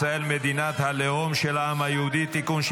ישראל מדינת הלאום של העם יהודי (תיקון,